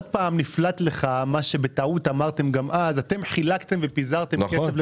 עוד פעם נפלט לך מה שבטעות אמרתם גם אז שאתם חילקתם ופיזרתם כסף.